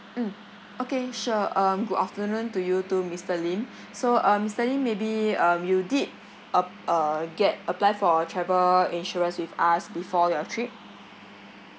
mm okay sure um good afternoon to you too mister lim so uh mister lim maybe um you did app~ uh get apply for a travel insurance with us before your trip